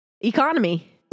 economy